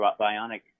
bionic